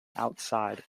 outside